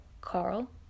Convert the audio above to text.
Carl